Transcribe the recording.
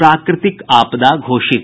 प्राकृतिक आपदा घोषित